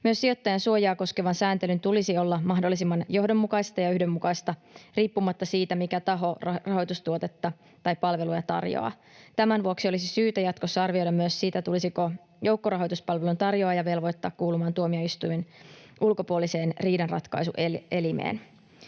Myös sijoittajansuojaa koskevan sääntelyn tulisi olla mahdollisimman johdonmukaista ja yhdenmukaista riippumatta siitä, mikä taho rahoitustuotetta tai ‑palvelua tarjoaa. Tämän vuoksi olisi syytä jatkossa arvioida myös sitä, tulisiko joukkorahoituspalvelun tarjoaja velvoittaa kuulumaan tuomioistuimen ulkopuoliseen riidanratkaisuelimeen.